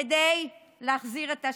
כדי להחזיר את השפיות.